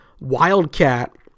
Wildcat